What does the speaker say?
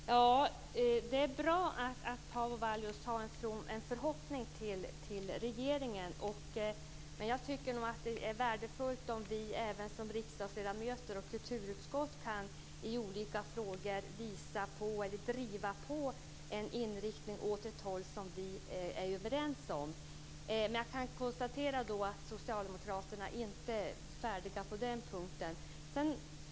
Herr talman! Det är bra att Paavo Vallius har en förhoppning på regeringen. Men jag tycker att det är värdefullt om även vi riksdagsledamöter och kulturutskottsledamöter kan driva på i olika frågor åt ett håll som vi är överens om. Jag kan då konstatera att Socialdemokraterna inte är färdiga på den punkten.